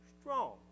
strong